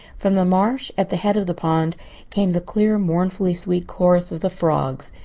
from the marsh at the head of the pond came the clear, mournfully-sweet chorus of the frogs.